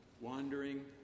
wandering